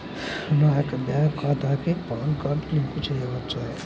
నా యొక్క బ్యాంక్ ఖాతాకి పాన్ కార్డ్ లింక్ చేయవచ్చా?